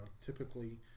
typically